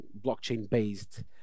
blockchain-based